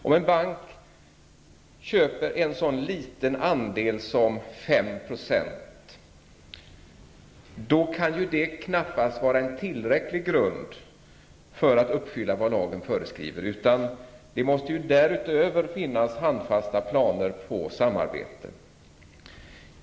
Om en bank köper en sådan liten andel som 5 %, kan ju det knappast vara en tillräcklig grund för att uppfylla vad lagen föreskriver, utan det måste ju därutöver finnas handfasta planer på samarbete.